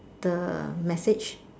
the message